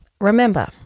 remember